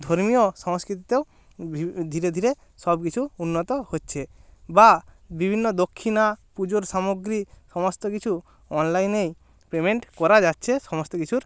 ধর্মীয় সংস্কৃতিতেও ধীরে ধীরে সব কিছু উন্নত হচ্ছে বা বিভিন্ন দক্ষিণা পুজোর সামগ্রী সমস্ত কিছু অনলাইনে পেমেন্ট করা যাচ্ছে সমস্ত কিছুর